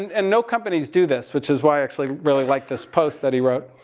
and and no companies do this. which is why i actually really like this post that he wrote.